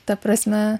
ta prasme